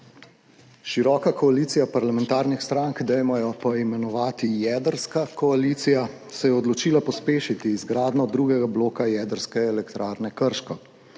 Široka koalicija parlamentarnih strank, dajmo jo poimenovati jedrska koalicija, se je odločila pospešiti izgradnjo drugega bloka Jedrske elektrarne Krško.